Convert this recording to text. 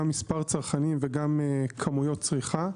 גם מספר צרכנים וכמויות צריכה.